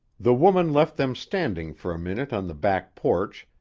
the woman left them standing for a minute on the back porch,